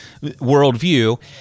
worldview